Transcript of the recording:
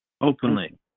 Openly